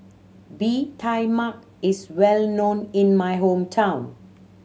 Bee Tai Mak is well known in my hometown